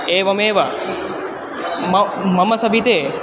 एवमेव म मम सविधे